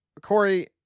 Corey